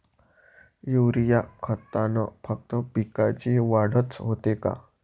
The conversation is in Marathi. युरीया खतानं फक्त पिकाची वाढच होते का?